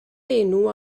enw